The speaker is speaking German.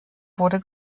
wurde